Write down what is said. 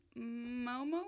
Momo